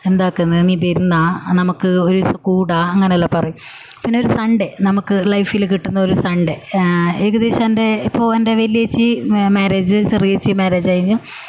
എന്താക്കുന്ന് നീ ബെരുന്നാ നമുക്ക് ഒരൂസം കൂടാം അങ്ങനെ എല്ലാം പറയും പിന്നെ ഒരു സൺഡേ നമുക്ക് ലൈഫിൽ കിട്ടുന്ന ഒരു സൺഡേ ഏകദേശം എൻ്റെ ഇപ്പോൾ എൻ്റെ വലിയ ചേച്ചി മാരേജ് ചെറിയ ചേച്ചി മാരേജ് കഴിഞ്ഞു